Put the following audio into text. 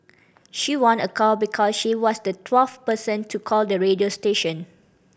she won a car because she was the twelfth person to call the radio station